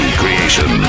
creation